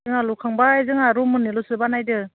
जोंहा लुखांबाय जोंहा रुम मोननैल'सो बानायदों